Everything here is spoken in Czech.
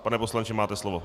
Pane poslanče, máte slovo.